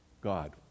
God